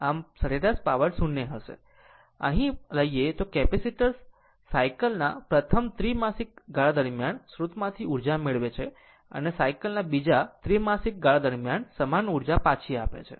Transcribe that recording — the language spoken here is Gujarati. આમ સરેરાશ પાવર 0 હશે પરંતુ જો અહીં પણ લઈએ તો કેપેસીટર સાયકલ ના પ્રથમ ત્રિમાસિક ગાળા દરમિયાન સ્ત્રોતમાંથી ઉર્જા મેળવે છે અને સાયકલ ના બીજા ત્રિમાસિક ગાળા દરમિયાન સમાન ઉર્જા પાછી આપે છે